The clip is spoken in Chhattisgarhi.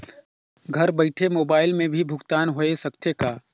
घर बइठे मोबाईल से भी भुगतान होय सकथे का?